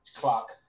clock